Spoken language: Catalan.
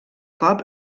cop